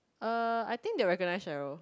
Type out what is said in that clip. uh I think they recognise Cheryl